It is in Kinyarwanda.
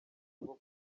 rwo